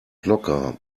locker